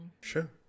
Sure